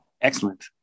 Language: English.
Excellent